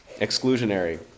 exclusionary